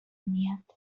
میاد